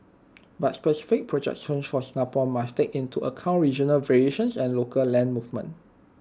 but specific projections for Singapore must take into account regional variations and local land movements